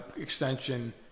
extension